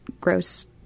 gross